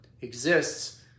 exists